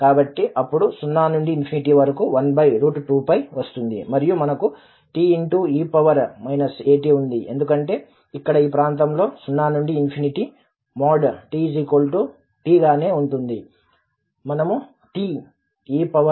కాబట్టి అప్పుడు 0 నుండి వరకు 12 వస్తుంది మరియు మనకు te at ఉంది ఎందుకంటే ఇక్కడ ఈ ప్రాంతంలో 0 నుండి ∞| t | t గానే ఉంటుంది